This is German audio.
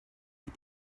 die